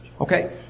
Okay